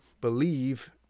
believe